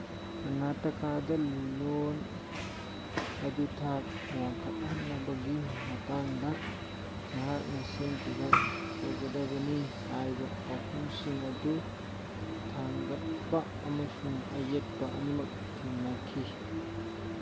ꯀꯔꯅꯇꯀꯥꯗ loan ꯑꯗꯨ ꯊꯥꯛ ꯋꯥꯡꯈꯠꯍꯟꯅꯕꯒꯤ ꯃꯇꯥꯡꯗ ꯅꯍꯥꯛꯅ ꯁꯦꯝꯈꯤꯕ ꯇꯧꯒꯗꯕꯅꯤ ꯍꯥꯏꯕ ꯋꯥꯐꯝꯁꯤꯡ ꯑꯗꯨ ꯊꯥꯡꯒꯠꯄ ꯑꯃꯁꯨꯡ ꯑꯌꯦꯠꯄ ꯑꯅꯤꯃꯛ ꯊꯦꯡꯅꯈꯤ